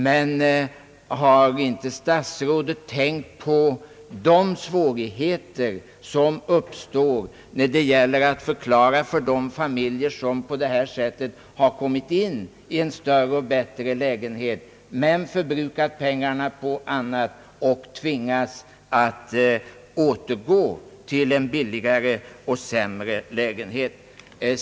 Men har inte statsrådet tänkt på svårigheterna att ge tillfredsställande förklaringar till de familjer som på det här sättet har kommit in i en större och bättre lägenhet men förbrukat pengarna på annat och tvingas återgå till en billigare och sämre lägenhet?